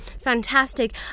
Fantastic